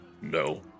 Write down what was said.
no